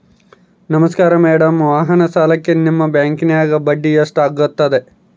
ನಮಸ್ಕಾರ ಮೇಡಂ ವಾಹನ ಸಾಲಕ್ಕೆ ನಿಮ್ಮ ಬ್ಯಾಂಕಿನ್ಯಾಗ ಬಡ್ಡಿ ಎಷ್ಟು ಆಗ್ತದ?